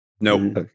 Nope